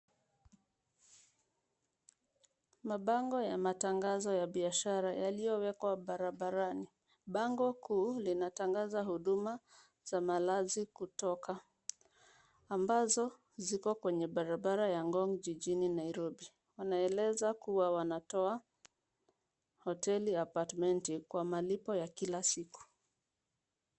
Mabango ya matangazo ya biashara yaliowekwa barabarani. Bango kuu linatangaza huduma za malazi kutoka, ambazo ziko kwenye barabara ya ngong jijini Nairobi. Wanaeleza kuwa wanatoa hoteli ya apartmenti kwa malipo ya kila siku.